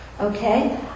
Okay